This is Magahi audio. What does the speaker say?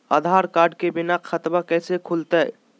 आधार कार्ड के बिना खाताबा कैसे खुल तय?